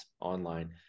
online